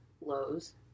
Lowe's